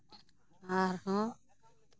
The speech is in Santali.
ᱟᱨᱦᱚᱸ